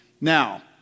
Now